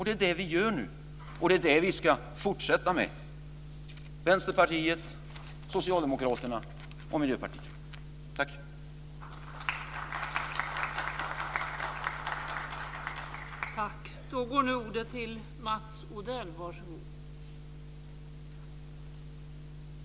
Det är vad vi nu gör, och det är vad vi ska fortsätta med, Vänsterpartiet, Socialdemokraterna och Miljöpartiet.